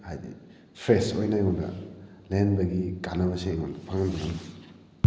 ꯍꯥꯏꯗꯤ ꯐ꯭ꯔꯦꯁ ꯑꯣꯏꯅ ꯑꯩꯉꯣꯟꯗ ꯂꯩꯍꯟꯕꯒꯤ ꯀꯥꯟꯅꯕꯁꯤ ꯑꯩꯉꯣꯟꯗ ꯐꯪꯏ